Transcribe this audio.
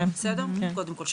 קודם כל,